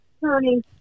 turning